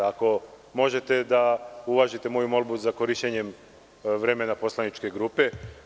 Ako možete da uvažite moju molbu za korišćenje vremena poslaničke grupe.